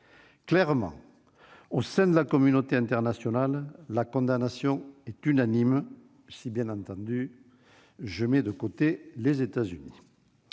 Clairement, au sein de la communauté internationale, la condamnation est unanime, si je mets bien entendu de côté les États-Unis.